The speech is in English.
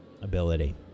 ability